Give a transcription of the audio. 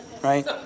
Right